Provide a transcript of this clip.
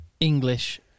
English